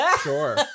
Sure